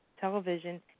television